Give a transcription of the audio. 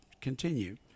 continue